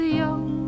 young